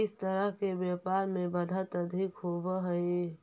किस तरह के व्यापार में बढ़त अधिक होवअ हई